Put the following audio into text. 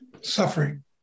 suffering